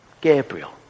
Gabriel